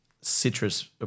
citrus